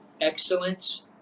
excellence